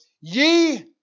Ye